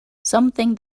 something